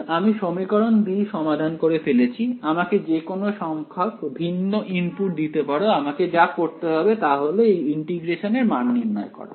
একবার আমি সমীকরণ 2 সমাধান করে ফেলেছি আমাকে যে কোনো সংখ্যক ভিন্ন ইনপুট দিতে পারো আমাকে যা করতে হবে তা হল এই ইন্টিগ্রেশন এর মান নির্ণয় করা